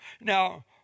Now